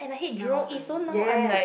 now I'm yes